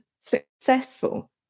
successful